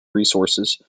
resources